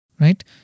right